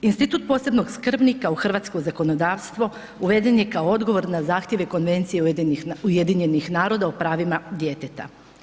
Institut posebnog skrbnika u hrvatsko zakonodavstvo uveden je kao odgovor na zahtjeve Konvencije UN-a o pravima djeteta.